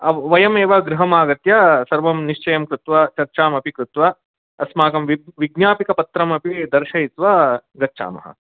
वयम् एव गृहम् आगत्य सर्वं निश्चयं कृत्वा चर्चामपि कृत्वा अस्माकं विज्ञापितपत्रम् अपि दर्शयित्वा गच्छामः